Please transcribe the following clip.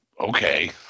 okay